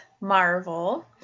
Marvel